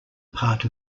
part